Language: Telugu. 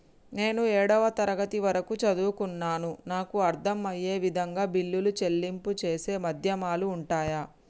నేను ఏడవ తరగతి వరకు చదువుకున్నాను నాకు అర్దం అయ్యే విధంగా బిల్లుల చెల్లింపు చేసే మాధ్యమాలు ఉంటయా?